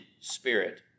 spirit